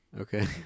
Okay